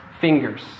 fingers